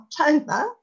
October